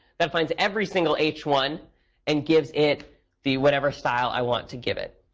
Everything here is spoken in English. that finds every single h one and gives it the whatever style i want to give it.